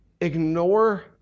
ignore